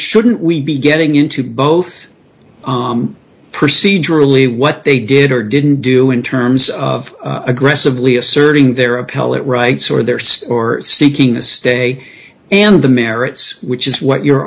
shouldn't we be getting into both om procedurally what they did or didn't do in terms of aggressively asserting their appellate rights or their state or seeking a stay and the merits which is what you're